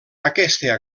aquesta